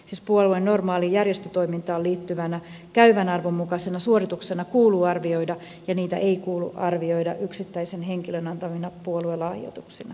siis puolueen normaaliin järjestötoimintaan liittyvänä käyvän arvon mukaisena suorituksena niitä kuuluu arvioida ja ei kuulu arvioida yksittäisen henkilön antamina puoluelahjoituksina